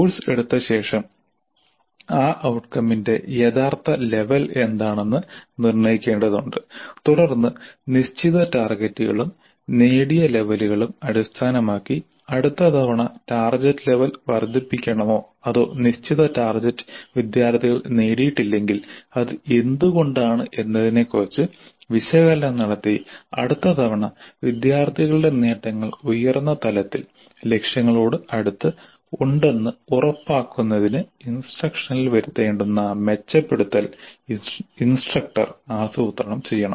course എടുത്ത ശേഷം ആ ഔട്കമിന്റെ യഥാർത്ഥ ലെവൽ എന്താണെന്ന് നിർണ്ണയിക്കേണ്ടതുണ്ട് തുടർന്ന് നിശ്ചിത ടാർഗെറ്റുകളും നേടിയ ലെവലുകളും അടിസ്ഥാനമാക്കി അടുത്ത തവണ ടാർഗെറ്റ് ലെവൽ വർദ്ധിപ്പിക്കണമോ അതോ നിശ്ചിത ടാർഗെറ്റ് വിദ്യാർത്ഥികൾ നേടിയിട്ടില്ലെങ്കിൽ അത് എന്തുകൊണ്ടാണ് എന്നതിനെക്കുറിച്ച് വിശകലനം നടത്തി അടുത്ത തവണ വിദ്യാർത്ഥികളുടെ നേട്ടങ്ങൾ ഉയർന്ന തലത്തിൽ ലക്ഷ്യങ്ങളോട് അടുത്ത് ഉണ്ടെന്ന് ഉറപ്പാക്കുന്നതിന് ഇൻസ്ട്രക്ഷനിൽ വരുത്തേണ്ടുന്ന മെച്ചപ്പെടുത്തൽ ഇൻസ്ട്രക്ടർ ആസൂത്രണം ചെയ്യണം